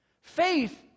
Faith